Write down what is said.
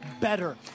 better